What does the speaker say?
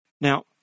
Now